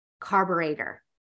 carburetor